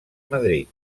madrid